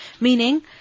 Meaning